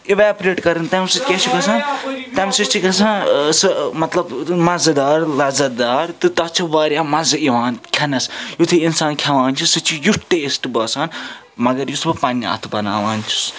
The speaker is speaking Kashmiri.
اِیویپریٹ کَرٕنۍ تَمہِ سۭتۍ کیٛاہ چھُ گژھان تَمہِ سۭتۍ چھِ گژھان سُہ مطلب مَزٕ دار لَزت دار تہٕ تَتھ چھِ واریاہ مَزٕ یِوان کھٮ۪نَس یُتھُے اِنسان کھٮ۪وان چھُ سُہ چھُ یُتھ ٹیٚسٹہٕ باسان مگر یُس بہٕ پَنٕنہِ اَتھٕ بَناوان چھُس